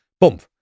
bump